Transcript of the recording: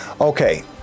okay